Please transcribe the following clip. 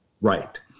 right